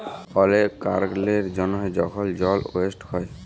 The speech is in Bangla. অলেক কারলের জ্যনহে যখল জল ওয়েস্ট হ্যয়